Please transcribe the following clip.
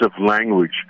language